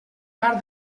part